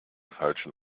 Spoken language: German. falschen